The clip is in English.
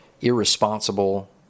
irresponsible